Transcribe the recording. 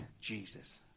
Jesus